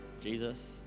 Jesus